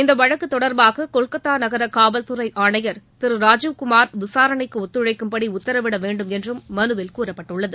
இந்த தொடர்பாக கொல்கத்தா காவல்குறை வழக்கு நகர ஆணையர் திரு ராஜீவ் குமார் விசாரணைக்கு ஒத்துழைக்கும்படி உத்தரவிட வேண்டுமென்றும் மனுவில் கூறப்பட்டுள்ளது